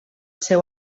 seu